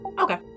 Okay